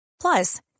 Plus